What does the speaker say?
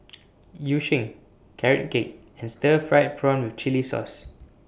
Yu Sheng Carrot Cake and Stir Fried Prawn with Chili Sauce